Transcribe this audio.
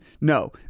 No